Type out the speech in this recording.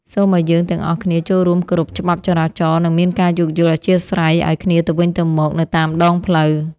សូមឱ្យយើងទាំងអស់គ្នាចូលរួមគោរពច្បាប់ចរាចរណ៍និងមានការយោគយល់អធ្យាស្រ័យឱ្យគ្នាទៅវិញទៅមកនៅតាមដងផ្លូវ។